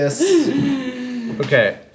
Okay